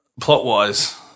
plot-wise